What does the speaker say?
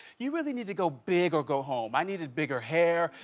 you really need to go big or go home. i needed bigger hair,